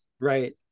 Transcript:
right